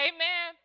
Amen